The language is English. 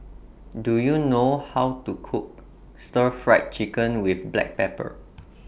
Do YOU know How to Cook Stir Fried Chicken with Black Pepper